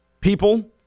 people –